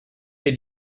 les